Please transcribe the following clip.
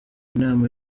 inama